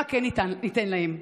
מה כן ניתן להם?